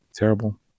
terrible